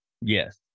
Yes